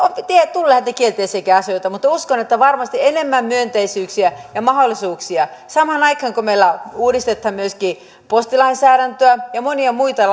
tulee niitä kielteisiäkin asioita mutta uskon että varmasti enemmän myönteisyyksiä ja mahdollisuuksia samaan aikaan kun meillä uudistetaan myöskin postilainsäädäntöä ja monia muita